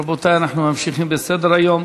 רבותי, אנחנו ממשיכים בסדר-היום: